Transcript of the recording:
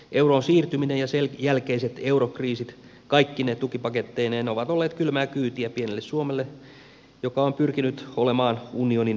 euroon siirtyminen ja sen jälkeiset eurokriisit kaikkine tukipaketteineen ovat olleet kylmää kyytiä pienelle suomelle joka on pyrkinyt olemaan unionin mallioppilas